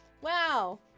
Wow